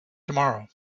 tomorrow